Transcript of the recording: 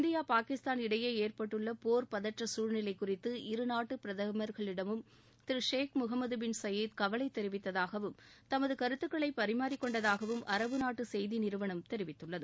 India Pakistan இடையே ஏற்பட்டுள்ள போர் பதற்ற பிரதமர்களிடமும் திரு ஷேக் முகமது பின் சயீத் கவலை தெரிவித்ததாகவும் தமது கருத்துக்களை பரிமாறிக்கொண்டதாகவும் அரபு நாட்டு செய்தி நிறுவனம் தெரிவித்துள்ளது